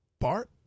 Bart